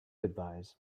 advise